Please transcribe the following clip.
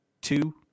two